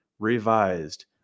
revised